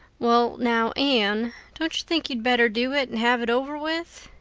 well now, anne, don't you think you'd better do it and have it over with?